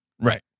right